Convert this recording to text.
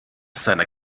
seiner